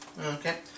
Okay